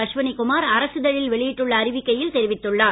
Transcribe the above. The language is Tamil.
அஸ்வினி குமார் அரசிதழில் வெளியிட்டுள்ள அறிவிக்கையில் தெரிவித்துள்ளார்